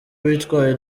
bitwaye